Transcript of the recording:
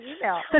email